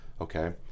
Okay